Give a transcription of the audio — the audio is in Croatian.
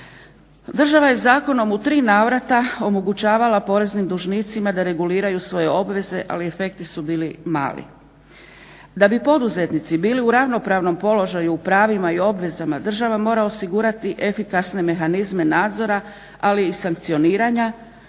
Država je zakonom u tri navrata omogućavala poreznim dužnicima da reguliraju svoje obveze, ali efekti su bili mali. Da bi poduzetnici bili u ravnopravnom položaju u pravima i obvezama, država mora osigurati efikasne mehanizme nadzora, ali i sankcioniranja,